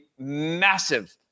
massive